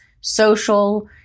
social